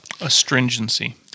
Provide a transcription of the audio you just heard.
astringency